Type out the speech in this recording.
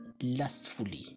lustfully